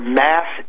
mass